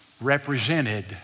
represented